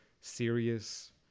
serious